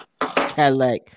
Cadillac